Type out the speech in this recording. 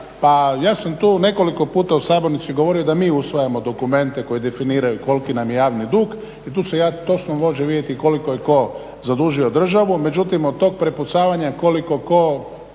ja sam tu nekoliko puta u sabornici govorio da mi usvajamo dokumente koji definiraju koliki nam je javni dug i tu se točno može vidjeti koliko je tko zadužio državu. Međutim od tog prepucavanja koliko tko